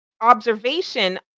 observation